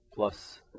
plus